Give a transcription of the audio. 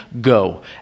Go